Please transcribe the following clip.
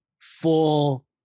full